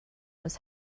was